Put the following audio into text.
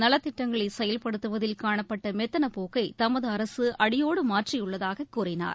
நலத்திட்டங்களை செயல்படுத்துவதில் காணப்பட்ட மெத்தனப்போக்கை தமது அரசு அடியோடு மாற்றியுள்ளதாக கூறினார்